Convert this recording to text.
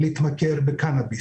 אם כמות